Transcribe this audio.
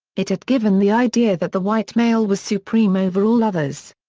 it had given the idea that the white male was supreme over all others.